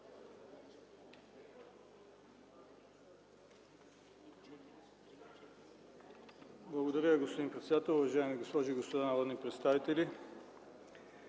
Благодаря, господин председател. Уважаеми госпожи и господа народни представители!